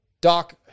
Doc